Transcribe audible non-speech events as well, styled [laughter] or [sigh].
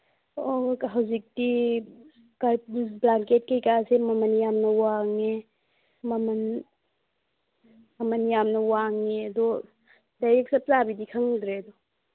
ꯑꯣ ꯍꯧꯖꯤꯛꯇꯤ [unintelligible] ꯕ꯭ꯂꯥꯡꯀꯦꯠ ꯀꯩꯀꯥꯁꯤ ꯃꯃꯜ ꯌꯥꯝꯅ ꯋꯥꯡꯉꯦ ꯃꯃꯜ ꯃꯃꯜ ꯌꯥꯝꯅ ꯋꯥꯡꯏ ꯑꯗꯣ ꯗꯥꯏꯔꯦꯛ ꯆꯞ ꯆꯥꯕꯤꯗꯤ ꯈꯪꯗ꯭ꯔꯦ ꯑꯗꯣ